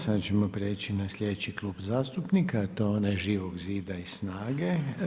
Sad ćemo prijeći na slijedeći Klub zastupnika a to je onaj Živog zida i SNAGA-e.